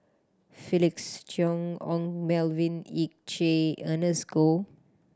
Felix Cheong Ong Melvin Yik Chye Ernest Goh